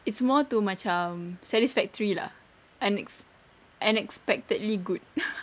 it's more to macam satisfactory lah unex~ unexpectedly good